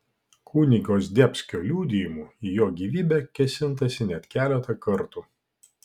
kunigo zdebskio liudijimu į jo gyvybę kėsintasi net keletą kartų